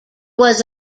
was